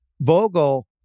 Vogel